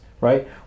right